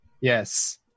Yes